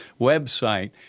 website